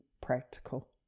practical